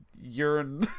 urine